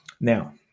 Now